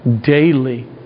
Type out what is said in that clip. daily